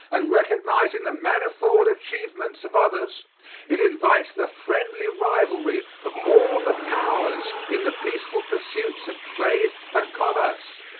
and recognizing the manifold achievements of others it invites the friendly rivalry of all the powers in the peaceful pursuits of trade and commerce,